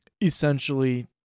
essentially